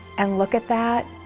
and look at that,